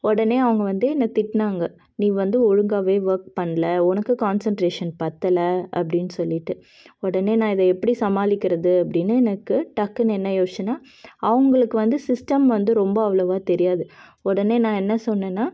உடனே அவங்க வந்து என்ன திட்டினாங்க நீ வந்து ஒழுங்காகவே ஒர்க் பண்ணலை உனக்கு கான்செண்ட்ரேஷன் பற்றலை அப்படினு சொல்லிட்டு உடனே நான் இதை எப்படி சமாளிக்கிறது அப்படினு எனக்கு டக்குனு என்ன யோசிச்சேன்னால் அவுங்களுக்கு வந்து சிஸ்டம் வந்து ரொம்ப அவ்வளோவா தெரியாது உடனே நான் என்ன சொன்னேன்னால்